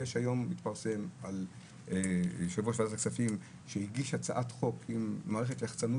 היום התפרסם שיושב-ראש ועדת הכספים הגיש הצעת חוק עם מערכת יחצנות